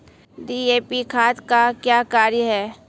DAP खाद का क्या कार्य हैं?